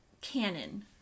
canon